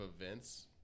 events